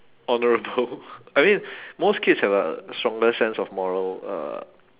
honourable I mean most kids have a stronger sense of moral uh